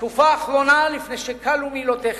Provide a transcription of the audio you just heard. בתקופה האחרונה, לפני שכלו מילותיך,